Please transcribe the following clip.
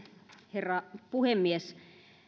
herra puhemies